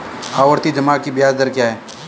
आवर्ती जमा की ब्याज दर क्या है?